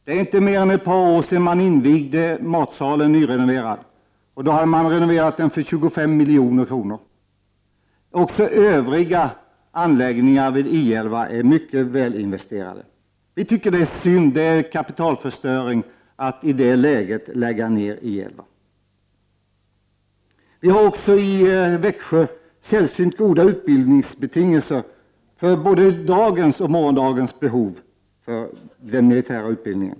Det är inte mer än ett par år sedan man invigde matsalen efter att ha nyrenoverat den för 25 milj.kr. Också övriga anläggningar vid I 11 är mycket välinvesterade. Vi tycker att det är kapitalförstöring att i det läget lägga ned I 11, och det är synd. I Växjö finns också sällsynt goda betingelser för både dagens och morgondagens behov av militär utbildning.